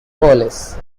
police